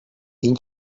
این